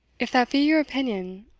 if that be your opinion,